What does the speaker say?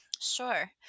Sure